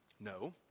No